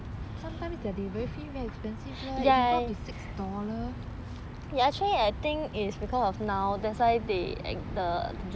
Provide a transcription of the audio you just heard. sometimes their delivery fees very expensive leh can go up to six dollars